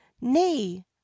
nay